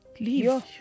Leave